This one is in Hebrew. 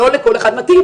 לא לכל אחד מתאים,